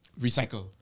recycle